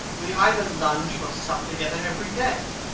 we either lunch or sup together every day,